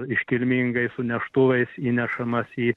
iškilmingai su neštuvais įnešamas į